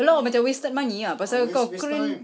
ya lah macam wasted money ah pasal call crane